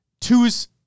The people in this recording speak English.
twos